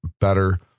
better